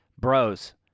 Bros